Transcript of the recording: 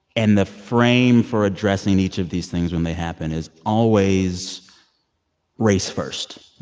and the frame for addressing each of these things when they happen is always race first.